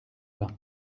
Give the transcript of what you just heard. bains